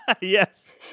Yes